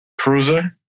cruiser